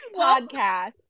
podcast